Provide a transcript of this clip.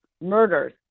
murders